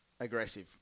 aggressive